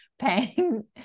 Paying